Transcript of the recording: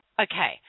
okay